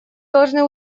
должны